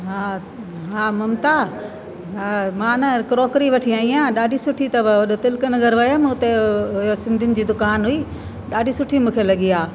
हा हा ममता हा मां न क्रॉकरी वठी आई आहे ॾाढी सुठी अथव होॾे तिलक नगर वियमि हुते हुयो सिंधियुनि जी दुकान हुई ॾाढी सुठी मूंखे लॻी आहे